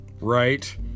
right